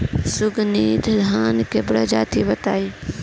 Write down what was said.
सुगन्धित धान क प्रजाति बताई?